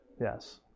Yes